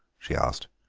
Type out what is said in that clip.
she asked.